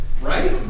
right